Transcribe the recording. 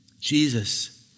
Jesus